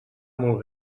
molt